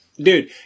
Dude